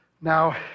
Now